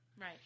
Right